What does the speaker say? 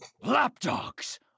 Lapdogs